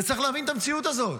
צריך להבין את המציאות הזאת.